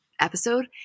episode